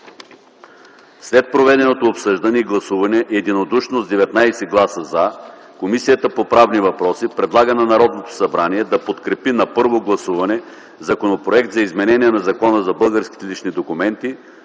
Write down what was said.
След проведеното обсъждане и гласуване единодушно с 19 гласа „за”, Комисията по правни въпроси предлага на Народното събрание да подкрепи на първо гласуване Законопроект за изменение на Закона за българските лични документи,